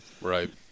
Right